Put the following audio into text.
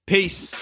Peace